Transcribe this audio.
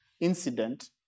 incident